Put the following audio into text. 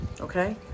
okay